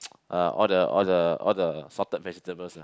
uh all the all the all the salted vegetables lah